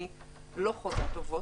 אני לא חוזה טובות.